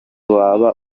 waba